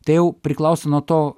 tai jau priklauso nuo to